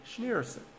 Schneerson